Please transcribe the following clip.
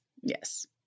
yes